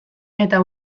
eta